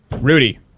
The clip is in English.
Rudy